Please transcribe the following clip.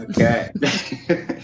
okay